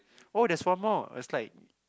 oh there's one more it's like